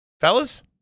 fellas